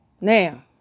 Now